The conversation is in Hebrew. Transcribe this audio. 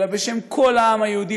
אלא בשם כל העם היהודי,